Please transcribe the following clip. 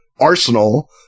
arsenal